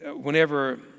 whenever